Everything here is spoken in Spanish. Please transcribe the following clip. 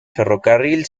ferrocarril